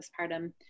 postpartum